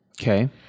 Okay